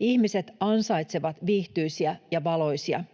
Ihmiset ansaitsevat viihtyisiä ja valoisia